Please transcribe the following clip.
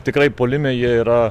tikrai puolime jie yra